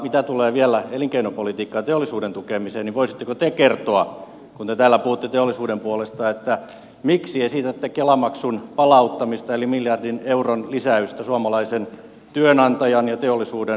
mitä tulee vielä elinkeinopolitiikkaan ja teollisuuden tukemiseen niin voisitteko te kertoa kun te täällä puhutte teollisuuden puolesta miksi esitätte kela maksun palauttamista eli miljardin euron lisäystä suomalaisen työnantajan ja teollisuuden kustannuksiin